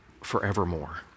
forevermore